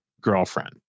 girlfriend